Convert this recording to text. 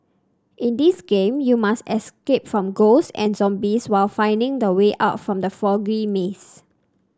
in this game you must escape from ghosts and zombies while finding the way out from the foggy maze